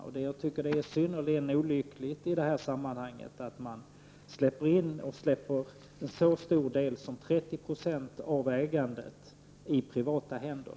Jag tycker att det är synnerligen olyckligt att man i det här sammanhanget släpper en så stor del som 30 26 av ägandet till privata händer.